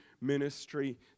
ministry